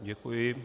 Děkuji.